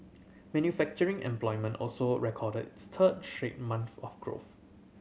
manufacturing employment also recorded its third straight month of growth